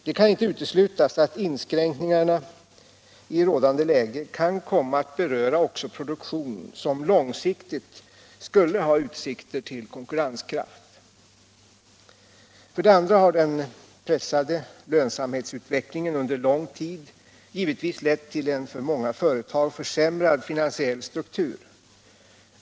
Det kan inte uteslutas att inskränkningarna i rådande läge kan komma att beröra också produktion som långsiktigt skulle ha utsikter till konkurrenskraft. För det andra har den pressade lönsamhetsutvecklingen under lång tid givetvis lett till en för många företag försämrad finansiell struktur.